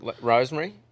Rosemary